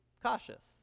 Cautious